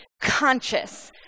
conscious